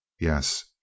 Yes